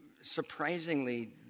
surprisingly